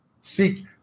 Seek